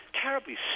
terribly